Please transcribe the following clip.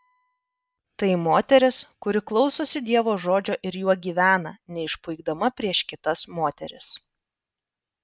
tai moteris kuri klausosi dievo žodžio ir juo gyvena neišpuikdama prieš kitas moteris